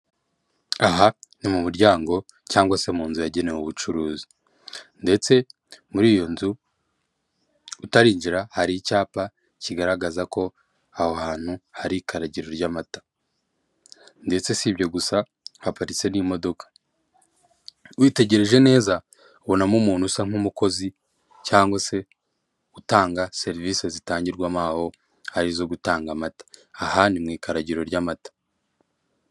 Aha ni mu muryango cyangwa se mu nzu yagenewe ubucuruzi, ndetse muri iyo nzu utarinjira hari icyapa kigaragaza ko aho hantu hari ikaragiro ry'amata ndetse si ibyo gusa, haparitse n'imodoka, witegereje neza ubonamo umuntu usa nk'umukozi cyangwa se utanga serivisi zitangirwamo aho, ari izo gutanga amata, aha ni mu ikaragiro ry'amata.